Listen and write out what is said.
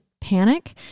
panic